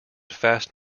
fast